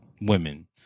women